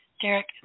Derek